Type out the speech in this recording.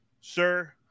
sir